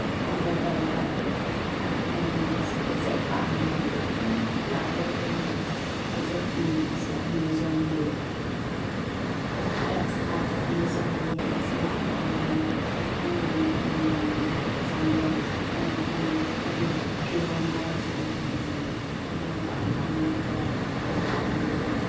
order ꯇꯧꯔꯒ ꯑꯗꯨꯝ ꯑꯩꯅ ꯑꯁꯤ ꯑꯦꯛꯖꯦꯛ ꯄꯥꯝꯃꯦ ꯍꯥꯏꯕꯗꯣ ꯑꯗꯨꯝ ꯂꯥꯛꯑꯦ ꯑꯗꯨꯅ ꯑꯩꯁꯦ ꯑꯁꯤ ꯑꯃꯦꯖꯣꯟꯒꯤ ꯑꯦꯞꯁ ꯑꯃꯦꯖꯣꯟꯒꯤ ꯑꯦꯞꯁꯦ ꯌꯥꯝ ꯄꯥꯝꯃꯦ ꯑꯗꯨ ꯑꯩꯅ ꯂꯥꯏꯛ ꯑꯦꯛꯖꯥꯝꯄꯜ ꯑꯩ ꯑꯩꯒꯤ ꯐꯤꯔꯣꯟ ꯍꯥꯏꯔꯁꯨ ꯑꯩꯅ ꯑꯄꯥꯝ ꯑꯄꯥꯝꯕ ꯐ꯭ꯔꯣꯛꯀꯨꯝꯕ ꯑꯗꯨ